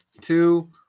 two